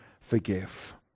forgive